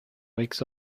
wakes